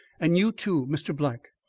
and you, too, mr. black.